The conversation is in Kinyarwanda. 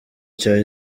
cya